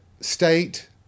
state